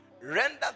render